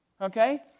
Okay